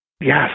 Yes